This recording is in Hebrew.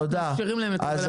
אנחנו רק מאפשרים להם לקבל החלטה.